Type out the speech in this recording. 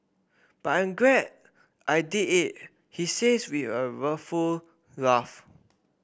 but I'm glad I did it he says with a rueful laugh